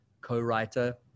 co-writer